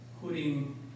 Putting